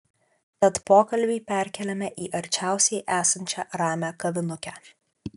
tad pokalbį perkeliame į arčiausiai esančią ramią kavinukę